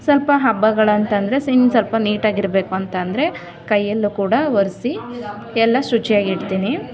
ಸ್ವಲ್ಪ ಹಬ್ಬಗಳಂತ ಅಂದ್ರೆ ಸ್ ಇನ್ನೂ ಸ್ವಲ್ಪ ನೀಟಾಗಿರ್ಬೇಕಂತಂದ್ರೆ ಕೈಯ್ಯಲ್ಲೂ ಕೂಡ ಒರೆಸಿ ಎಲ್ಲ ಶುಚಿಯಾಗಿಡ್ತೀನಿ